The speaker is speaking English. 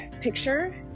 picture